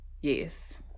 Yes